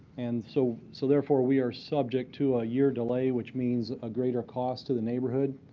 and so so therefore, we are subject to a year delay, which means a greater cost to the neighborhood.